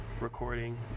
recording